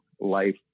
life